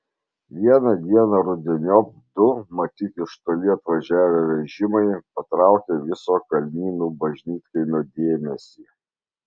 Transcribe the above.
vieną dieną rudeniop du matyt iš toli atvažiavę vežimai patraukė viso kalnynų bažnytkaimio dėmesį